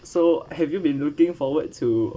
so have you been looking forward to